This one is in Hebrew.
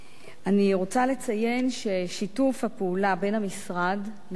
אני רוצה לציין ששיתוף הפעולה בין המשרד לבין ארגוני